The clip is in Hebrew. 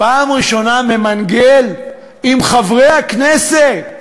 פעם ראשונה ממנגל עם חברי הכנסת,